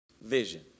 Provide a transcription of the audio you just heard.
vision